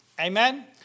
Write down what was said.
Amen